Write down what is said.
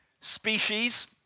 Species